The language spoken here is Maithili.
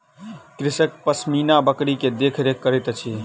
कृषक पश्मीना बकरी के देख रेख करैत अछि